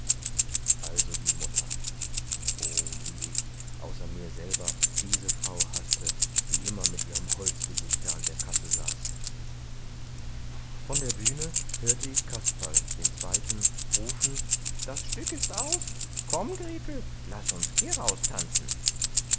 also die mutter oh wie ich außer mir selber diese frau haßte die immer mit ihrem holzgesichte an der kasse saß von der bühne hörte ich kasperl den zweiten rufen das stück ist aus komm gret'l laß uns kehraus tanzen